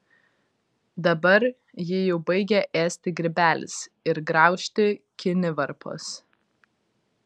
dabar jį jau baigia ėsti grybelis ir graužti kinivarpos